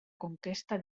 conquesta